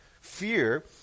Fear